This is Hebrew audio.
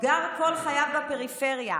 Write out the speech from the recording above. גר כל חייו בפריפריה,